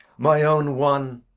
my own one!